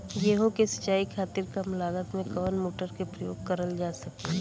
गेहूँ के सिचाई खातीर कम लागत मे कवन मोटर के प्रयोग करल जा सकेला?